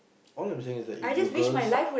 all I'm saying is that if you girls